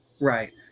Right